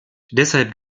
deshalb